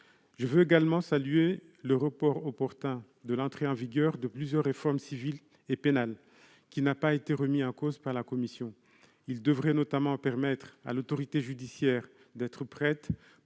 Je veux également saluer le report opportun de l'entrée en vigueur de plusieurs réformes civiles et pénales, qui n'a pas été remis en cause par la commission. Il devrait notamment permettre à l'autorité judiciaire d'être prête